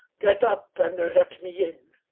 get up, and let me in!